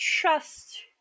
trust